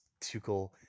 Tuchel